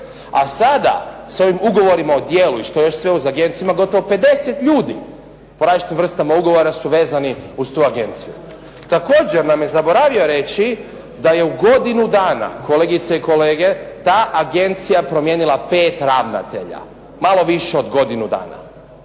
a sada sa ovim ugovorima o djelu i što još sve uz agenciju ima gotovo 50 ljudi, po različitim vrstama ugovora su vezani uz tu agenciju. Također nam je zaboravio reći da je u godinu dana, kolegice i kolege, ta agencija promijenila pet ravnatelja. Malo više od godinu dana.